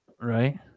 right